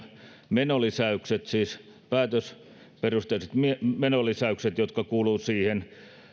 menolisäykset siis päätösperusteiset menolisäykset jotka kuuluvat siihen